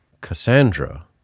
Cassandra